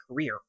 career